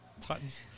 Titans